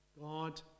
God